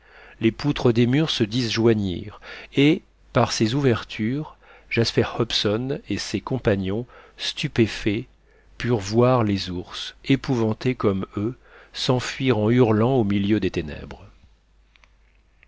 les poutres des murs se disjoignirent et par ces ouvertures jasper hobson et ses compagnons stupéfaits purent voir les ours épouvantés comme eux s'enfuir en hurlant au milieu des ténèbres